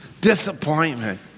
disappointment